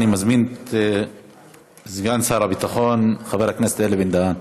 אני מזמין את סגן שר הביטחון חבר הכנסת אלי בן-דהן